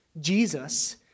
Jesus